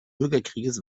bürgerkrieges